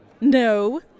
No